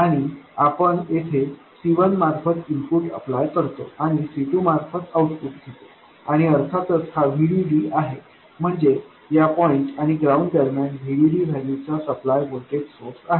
आणि आपण येथे C1 मार्फत इनपुट अप्लाय करतो आणि C2 मार्फत आउटपुट घेतो आणि अर्थातच हा VDD आहे म्हणजे या पॉईंट आणि ग्राउंड दरम्यान VDD व्हॅल्यूचा सप्लाय व्होल्टेज सोर्स आहे